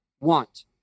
want